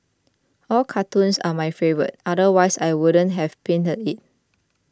all cartoons are my favourite otherwise I wouldn't have penned it